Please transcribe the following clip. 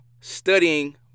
studying